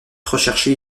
recherché